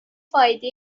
فایده